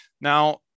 Now